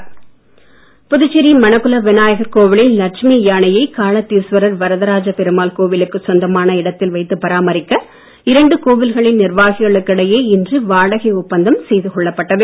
லட்சுமி யானை புதுச்சேரி மணக்குள விநாயகர் கோவிலின் லட்சுமி யானையை காளத்தீஸ்வரர் வரதராஜ பெருமாள் கோவிலுக்குச் சொந்தமான இடத்தில் வைத்துப் பராமரிக்கஈ இரண்டு கோவில்களின் நிர்வாகிகளுக்கு இடையே இன்று வாடகை ஒப்பந்தம் செய்துக் கொள்ளப்பட்டது